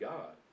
God